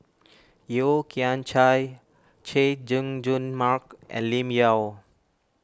Yeo Kian Chai Chay Jung Jun Mark and Lim Yau